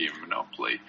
Monopoly